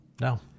no